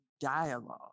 dialogue